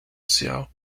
xiao